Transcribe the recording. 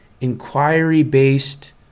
inquiry-based